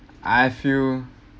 I feel